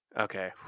Okay